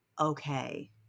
okay